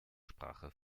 sprache